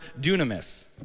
dunamis